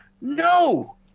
No